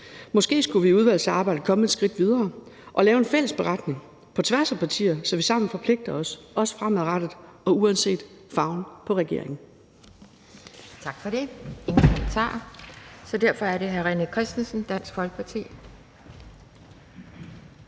Måske skulle vi i udvalgsarbejdet komme et skridt videre og lave en fælles beretning på tværs af partier, så vi sammen forpligter os, også fremadrettet og uanset farven på regeringen.